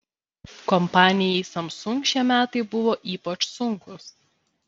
kompanijai samsung šie metai buvo ypač sunkūs